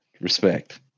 Respect